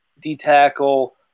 D-tackle